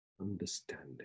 understanding